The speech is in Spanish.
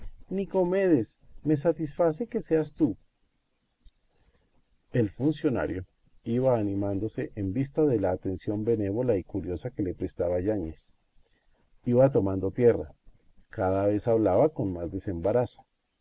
nicomedes me satisface que seas tú el funcionario iba animándose en vista de la atención benévola y curiosa que le prestaba yáñez iba tomando tierra cada vez hablaba con más desembarazo